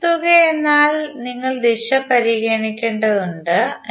phasor തുക എന്നാൽ നിങ്ങൾ ദിശ പരിഗണിക്കേണ്ടതുണ്ട്